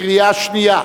בקריאה שנייה.